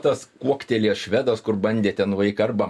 tas kuoktelėjęs švedas kur bandė ten vaiką arba